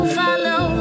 follow